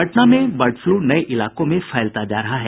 पटना में bird flu नये इलाकों में फैलता जा रहा है